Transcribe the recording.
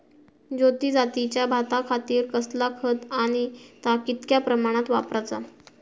ज्योती जातीच्या भाताखातीर कसला खत आणि ता कितक्या प्रमाणात वापराचा?